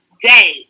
day